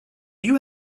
you